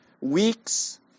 Weeks